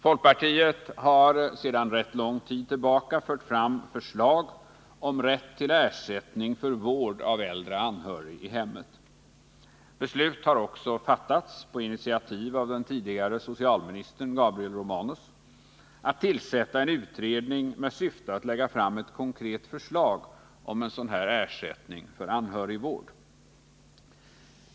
Folkpartiet har sedan rätt lång tid tillbaka fört fram förslag om rätt till ersättning för vård av äldre anhörig i hemmet. Beslut har också fattats på initiativ av den tidigare socialministern Gabriel Romanus om att tillsätta en utredning med syfte att lägga fram ett konkret förslag om en sådan här ersättning för anhörigvård.